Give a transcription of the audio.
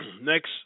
next